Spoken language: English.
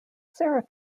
sarah